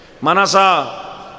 Manasa